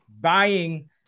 buying